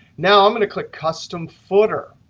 now, i'm going to click custom footer.